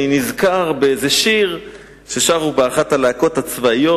אני נזכר באיזה שיר ששרו באחת הלהקות הצבאיות,